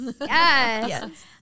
Yes